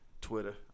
Twitter